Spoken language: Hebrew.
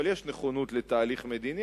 אבל יש נכונות לתהליך מדיני.